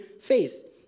faith